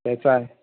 کیسا ہے